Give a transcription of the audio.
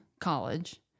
college